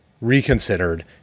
reconsidered